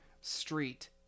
street